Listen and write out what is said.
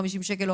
50 שקלים,